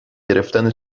گرفتن